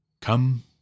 come